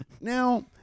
now